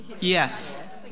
Yes